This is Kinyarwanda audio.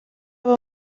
yaba